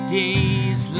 days